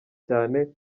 cyane